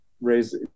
raise